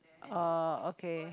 oh okay